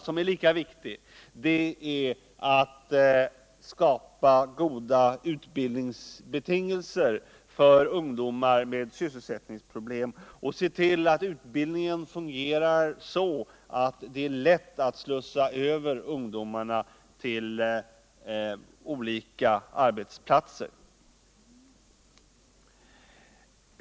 som är lika viktig, är att skapa goda utbildningsbetingelser för ungdomar med sysselsättningsproblem och se till att utbildningen fungerar så att det är fätt att slussa över ungdomarna till olika arbetsplatser.